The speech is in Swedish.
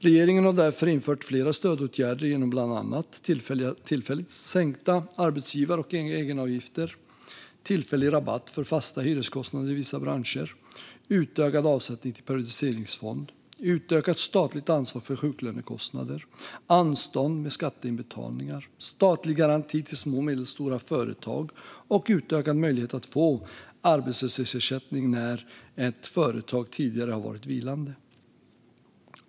Regeringen har därför infört flera stödåtgärder genom bland annat tillfälligt sänkta arbetsgivar och egenavgifter, tillfällig rabatt för fasta hyreskostnader i vissa branscher, utökad avsättning till periodiseringsfond, utökat statligt ansvar för sjuklönekostnader, anstånd med skatteinbetalningar, statlig lånegaranti till små och medelstora företag och utökad möjlighet att få arbetslöshetsersättning när ett företag tidigare har varit vilande.